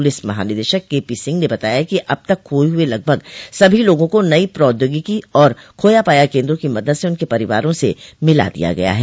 police महानिरीक्षक K P Singh ने बताया कि अब तक खोये हुए लगभग सभी लोगों को नई प्रौद्योगिकी और खोया पाया केंद्रों की मदद से उनके परिवारों से मिला दिया गया है